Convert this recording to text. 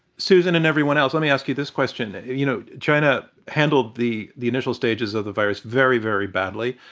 susan, and everyone else, let me ask you this question. and you you know, china was handled the the initial stages of the virus very, very badly.